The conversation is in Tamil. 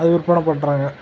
அது விற்பனை பண்ணுறாங்க